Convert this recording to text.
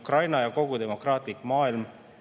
Ukraina ja kogu demokraatlik maailm